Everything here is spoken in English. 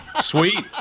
Sweet